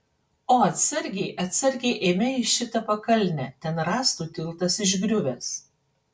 o atsargiai atsargiai eime į šitą pakalnę ten rąstų tiltas išgriuvęs